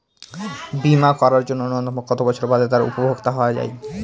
বীমা করার জন্য ন্যুনতম কত বছর বাদে তার উপভোক্তা হওয়া য়ায়?